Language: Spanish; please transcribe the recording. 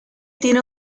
tiene